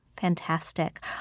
Fantastic